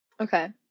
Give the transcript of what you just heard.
Okay